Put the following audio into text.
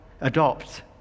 adopt